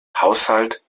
haushalt